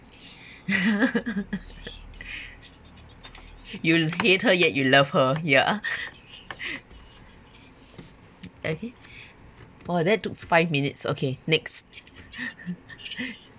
you hate her yet you love her ya eh !wah! that tooks five minutes okay next